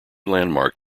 landmark